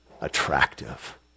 attractive